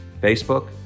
Facebook